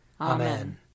Amen